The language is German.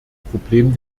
problem